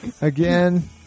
Again